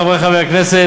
חברי חברי הכנסת,